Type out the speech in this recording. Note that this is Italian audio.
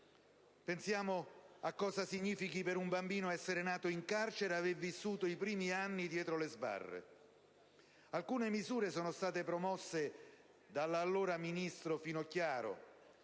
Pensiamo a cosa significhi per un bambino essere nato in carcere o avere vissuto i primi anni dietro le sbarre. Alcune misure sono state promosse dall'allora ministro Finocchiaro: